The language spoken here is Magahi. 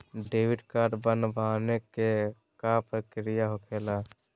डेबिट कार्ड बनवाने के का प्रक्रिया होखेला?